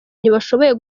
ntibashoboye